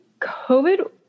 COVID